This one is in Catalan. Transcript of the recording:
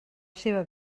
seva